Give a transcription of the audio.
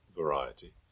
variety